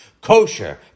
Kosher